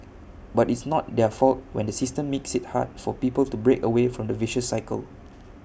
but it's not their fault when the system makes IT hard for people to break away from the vicious cycle